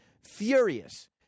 Furious